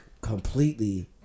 completely